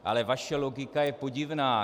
Ale vaše logika je podivná.